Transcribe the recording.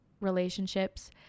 relationships